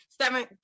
seven